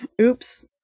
Oops